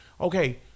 Okay